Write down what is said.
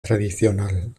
tradicional